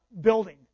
building